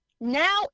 Now